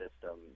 system